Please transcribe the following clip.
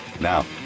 Now